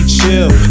chill